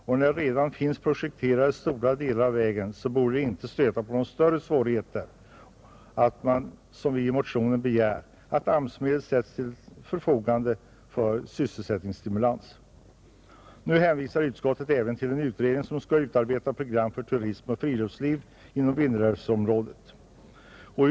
När stora delar av vägen redan är projekterade borde det inte stöta på större svårigheter att, som vi begär i motionen, ställa AMS-medel till förfogande för sysselsättningsstimulans, Utskottet hänvisar även till en utredning som skall utarbeta program för turism och friluftsliv inom Vindelälvsområdet.